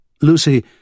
Lucy